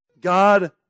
God